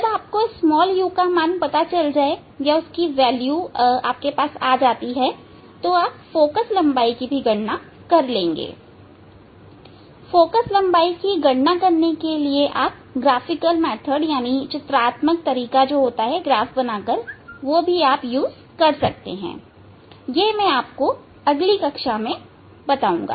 जब आप को u का मान पता चल जाएगा आप फोकस लंबाई की गणना भी कर लेंगे फोकस लंबाई जानने के लिए आप चित्रात्मक तरीका भी उपयोग में ले सकते हैं जो मैं आपको अगली कक्षा में दिखाऊंगा